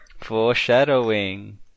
Foreshadowing